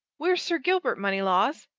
where's sir gilbert, moneylaws?